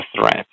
threat